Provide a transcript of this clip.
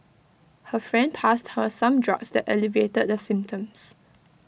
her friend passed her some drugs that alleviated the symptoms